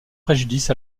préjudice